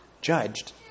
judged